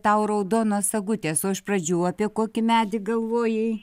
tau raudonos sagutės o iš pradžių apie kokį medį galvojai